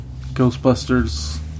Ghostbusters